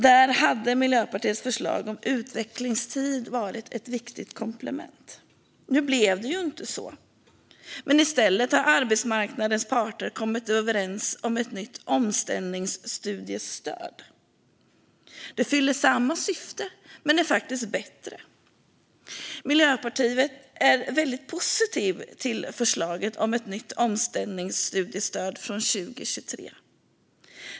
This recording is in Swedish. Där hade Miljöpartiets förslag om utvecklingstid varit ett viktigt komplement. Nu blev det inte så, men i stället har arbetsmarknadens parter kommit överens om ett nytt omställningsstudiestöd. Det fyller samma syfte men är faktiskt bättre. Miljöpartiet är väldigt positivt till förslaget på ett nytt omställningsstudiestöd från 2023.